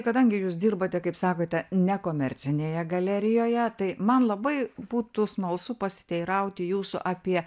kadangi jūs dirbate kaip sakote nekomercinėje galerijoje tai man labai būtų smalsu pasiteirauti jūsų apie